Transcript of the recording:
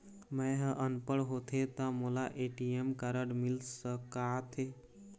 मैं ह अनपढ़ होथे ता मोला ए.टी.एम कारड मिल सका थे?